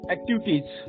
Activities